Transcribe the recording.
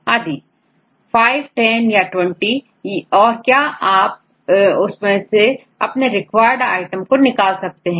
510या 20 और क्या आप उसमें से अपने रिक्वायर्ड आइटम को निकाल सकते हो